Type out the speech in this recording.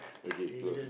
okay close